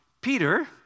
Peter